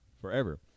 forever